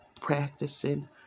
practicing